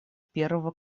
первого